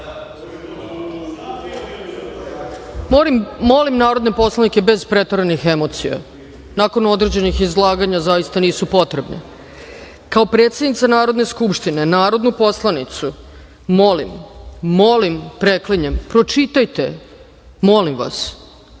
vam. Molim narodne poslanike bez preteranih emocija nakon određenih izlaganja zaista nisu potrebne. Kao predsednica Narodne skupštine narodnu poslanicu molim, molim, preklinjem pročitajte, molim vas